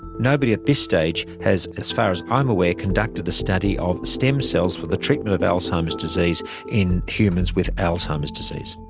nobody at this stage has, as far as i'm aware, conducted a study of stem cells for the treatment of alzheimer's disease in humans with alzheimer's disease.